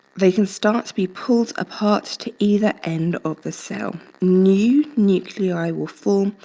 they can start to be pulled apart to either end of the cell. new nuclei will form,